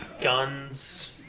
guns